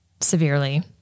severely